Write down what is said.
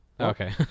okay